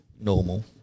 normal